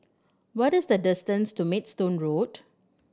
what is the distance to Maidstone Road